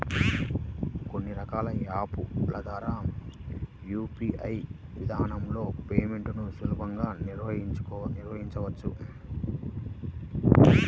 కొన్ని రకాల యాప్ ల ద్వారా యూ.పీ.ఐ విధానంలో పేమెంట్లను సులభంగా నిర్వహించవచ్చు